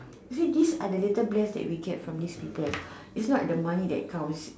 you see this are the little bless that we get from this people it's not the money that counts